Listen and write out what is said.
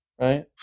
right